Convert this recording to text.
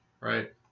Right